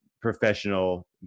professional